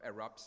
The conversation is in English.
erupts